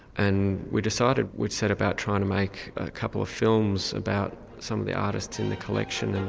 and we decided we'd set about trying to make a couple of films about some of the artists in the collection. and